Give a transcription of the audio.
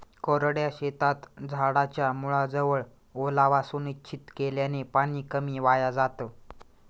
कोरड्या शेतात झाडाच्या मुळाजवळ ओलावा सुनिश्चित केल्याने पाणी कमी वाया जातं